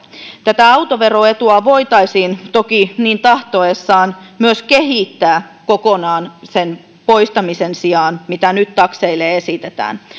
tätä autoveroetua voitaisiin toki niin tahdottaessa myös kehittää kokonaan sen poistamisen sijaan mitä nyt takseille esitetään